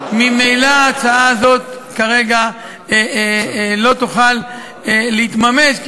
ממילא ההצעה הזאת כרגע לא תוכל להתממש.